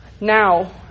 now